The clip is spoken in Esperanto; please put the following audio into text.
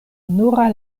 nura